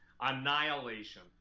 annihilation